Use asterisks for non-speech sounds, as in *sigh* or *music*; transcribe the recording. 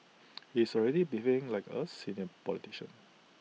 *noise* he is already behaving like us senior politician